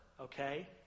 okay